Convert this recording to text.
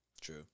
true